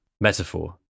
metaphor